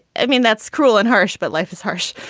i mean, that's cruel and harsh, but life is harsh.